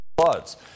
floods